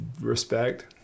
Respect